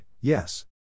yes